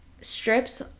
strips